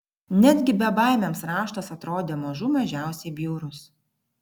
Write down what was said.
netgi bebaimiams raštas atrodė mažų mažiausiai bjaurus